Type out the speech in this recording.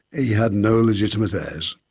he had no legitimate heirs,